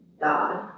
God